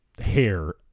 hair